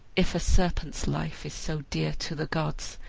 if a serpent's life is so dear to the gods,